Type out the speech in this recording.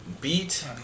beat